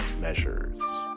measures